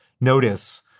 notice